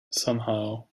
somehow